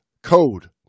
code